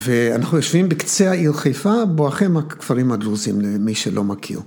‫ואנחנו יושבים בקצה העיר חיפה, ‫בואחם הכפרים הדרוזים למי שלא מכיר.